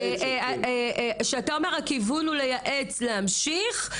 אתה אומר שהכיוון שהוא לייעץ להמשיך,